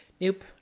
Nope